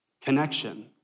connection